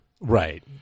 right